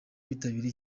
bitabiriye